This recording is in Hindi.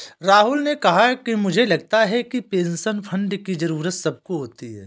राहुल ने कहा कि मुझे लगता है कि पेंशन फण्ड की जरूरत सबको होती है